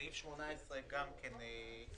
סעיף 18 גם כן,